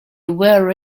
where